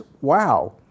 wow